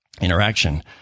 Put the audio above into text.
interaction